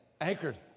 Anchored